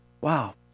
Wow